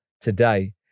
today